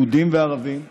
יהודים וערבים,